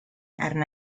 arna